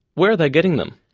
where are they getting them?